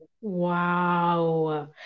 Wow